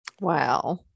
Wow